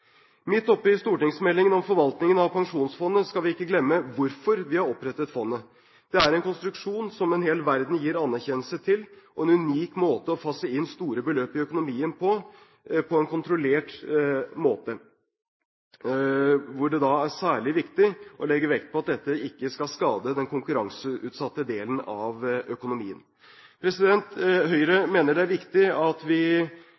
Midt oppe i stortingsmeldingen om forvaltningen av pensjonsfondet skal vi ikke glemme hvorfor vi har opprettet fondet. Det er en konstruksjon som en hel verden gir anerkjennelse til, en unik måte å fase inn store beløp i økonomien på på en kontrollert måte, hvor det er særlig viktig å legge vekt på at dette ikke skal skade den konkurranseutsatte delen av økonomien. Høyre mener det er viktig at vi